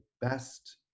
best